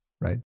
right